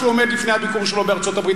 כשהוא עומד בפני הביקור שלו בארצות-הברית,